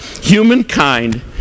humankind